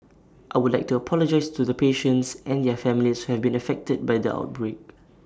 I would like to apologise to the patients and their families who have been affected by the outbreak